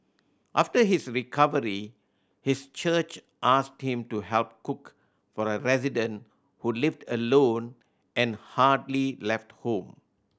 after his recovery his church asked him to help cook for a resident who lived alone and hardly left home